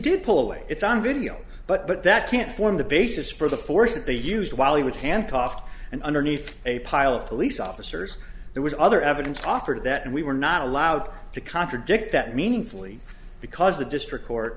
did pull away it's on video but that can't form the basis for the force that they used while he was handcuffed and underneath a pile of police officers there was other evidence offered that we were not allowed to contradict that meaningfully because the district court